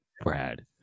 Brad